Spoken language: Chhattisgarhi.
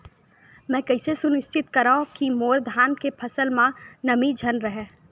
मैं कइसे सुनिश्चित करव कि मोर धान के फसल म नमी झन रहे?